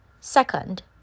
Second